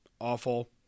awful